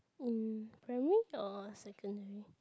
mm primary or secondary